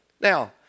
Now